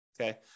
Okay